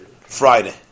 Friday